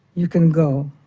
you can go.